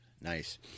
Nice